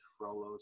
Frollo's